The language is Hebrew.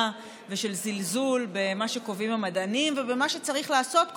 ושל זלזול במה שקובעים המדענים ובמה שצריך לעשות,